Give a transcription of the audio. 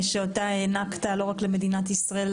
שאותה הענקת לא רק למדינת ישראל,